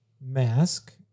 mask